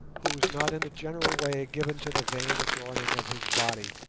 who was not in a general way given to the vain adorning of his body,